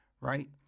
right